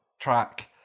track